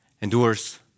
endures